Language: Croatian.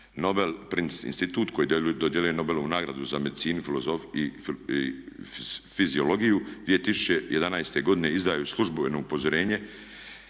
Nobel prize institut koji dodjeljuje Nobelovu nagradu za medicinu i fiziologiju 2011. godine izdao je službeno upozorenje